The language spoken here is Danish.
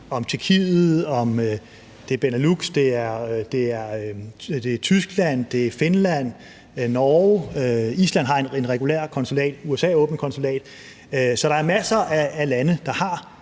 om både Tjekkiet, Benelux, Tyskland, Finland og Norge. Island har et regulært konsulat, og USA har åbnet et konsulat. Så der er masser af lande, der har